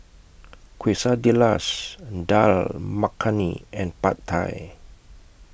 Quesadillas Dal Makhani and Pad Thai